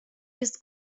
jest